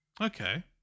Okay